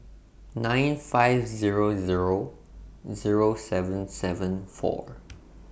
nine five Zero Zero Zero seven seven four